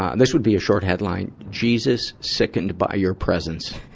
um this would be a short headline. jesus sickened by your presence.